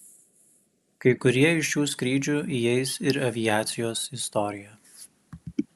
kai kurie iš šių skrydžių įeis ir į aviacijos istoriją